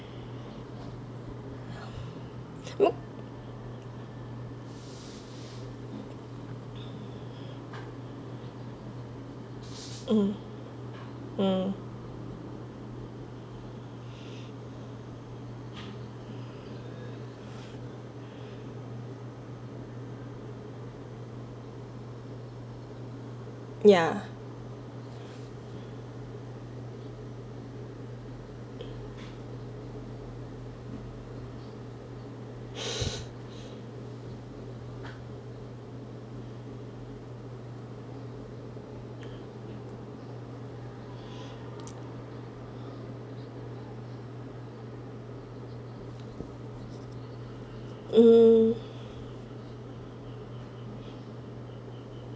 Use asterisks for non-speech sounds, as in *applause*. um yeah *laughs* um